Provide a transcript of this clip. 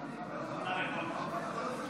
של חבר